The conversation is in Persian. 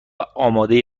امادهی